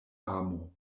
amo